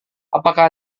apakah